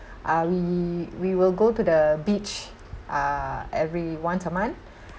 uh we we will go to the beach uh every once a month